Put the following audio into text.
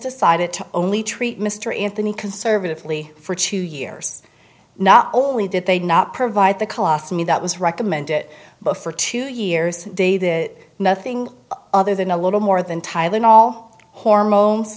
decided to only treat mr anthony conservatively for two years not only did they not provide the colossally that was recommend it but for two years day that nothing other than a little more than tylenol hormones